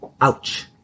Ouch